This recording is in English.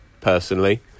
personally